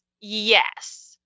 yes